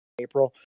April